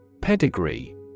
Pedigree